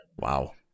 Wow